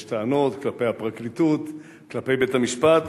יש טענות כלפי הפרקליטות, כלפי בית-המשפט.